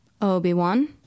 Obi-Wan